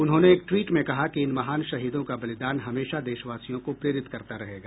उन्होंने एक ट्वीट में कहा कि इन महान शहीदों का बलिदान हमेशा देशवासियों को प्रेरित करता रहेगा